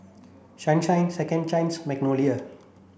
Sunshine Second Chance Magnolia